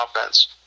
offense